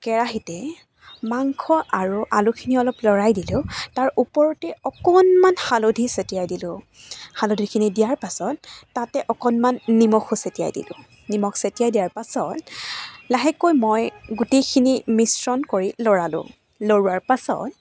কেৰাহিতে মাংস আৰু আলুখিনি অলপ লৰাই দিলোঁ তাৰ ওপৰতে অকণমান হালধি ছটিয়াই দিলোঁ হালধিখিনি দিয়াৰ পাছত তাতে অকণমান নিমখো ছটিয়াই দিলোঁ নিমখ ছটিয়াই দিয়াৰ পাছত লাহেকৈ মই গোটেইখিনি মিশ্ৰণ কৰি লৰালোঁ লৰোৱাৰ পাছত